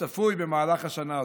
הצפוי במהלך השנה הזו.